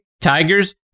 Tigers